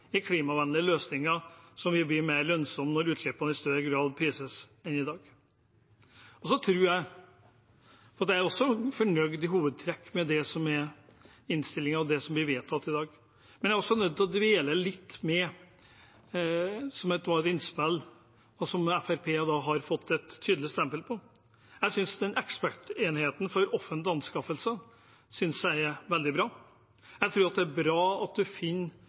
i klimavennlige løsninger som vil bli mer lønnsomme når utslippene i større grad prises, enn i dag. Jeg er også i hovedtrekk fornøyd med innstillingen og det som blir vedtatt i dag, men jeg blir nødt til å dvele litt ved et innspill som Fremskrittspartiet har fått et tydelig stempel på. Jeg synes den ekspertenigheten for offentlige anskaffelser er veldig bra. Jeg tror det er bra at